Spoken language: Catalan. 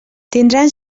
tindran